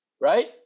Right